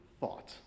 thought